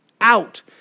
Out